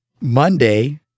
Monday